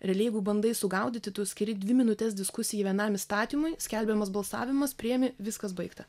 realiai jeigu bandai sugaudyti tu skiri dvi minutes diskusijai vienam įstatymui skelbiamas balsavimas priimi viskas baigta